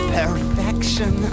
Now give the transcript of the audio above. perfection